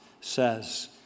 says